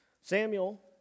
Samuel